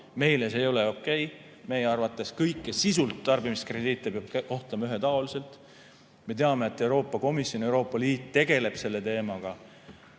Meile see ei ole okei. Meie arvates kõiki sisult tarbimiskrediite peab kohtlema ühetaoliselt. Me teame, et Euroopa Komisjon, Euroopa Liit tegeleb selle teemaga.